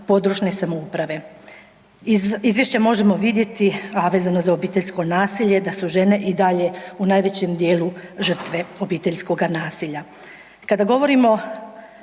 područne samouprave. Iz izvješća možemo vidjeti, a vezano za obiteljsko nasilje da su žene i dalje u najvećem dijelu žrtve obiteljskoga nasilja. Kada govorimo